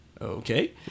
okay